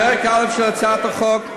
פרק א' של הצעת החוק,